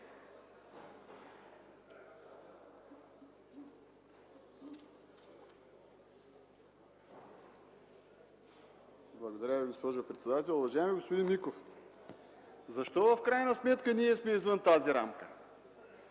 Уважаеми господин Миков, защо в крайна сметка ние сме извън тази рамка?